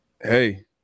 hey